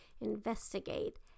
investigate